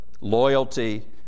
loyalty